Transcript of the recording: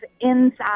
inside